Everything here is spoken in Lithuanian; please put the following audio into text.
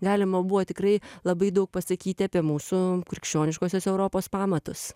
galima buvo tikrai labai daug pasakyti apie mūsų krikščioniškosios europos pamatus